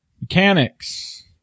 Mechanics